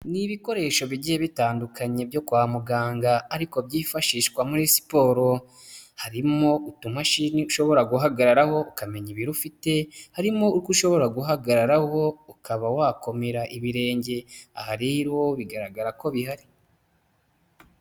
Ni ibikoresho bigiye bitandukanye byo kwa muganga ariko byifashishwa muri siporo, harimo utumashini ushobora guhagararaho ukamenya ibiro ufite, harimo utwo ushobora guhagararaho ukaba wakomera ibirenge, aha rero bigaragara ko bihari.